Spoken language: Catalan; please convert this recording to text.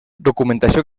documentació